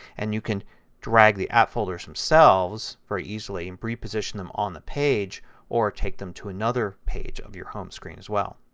and you can drag the app folders themselves very easily and reposition them on the page or take them to another page of your home screen as well.